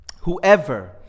whoever